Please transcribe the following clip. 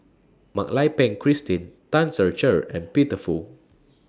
Mak Lai Peng Christine Tan Ser Cher and Peter Fu